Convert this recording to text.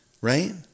right